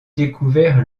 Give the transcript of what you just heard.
découvert